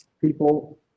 people